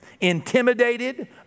intimidated